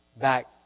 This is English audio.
back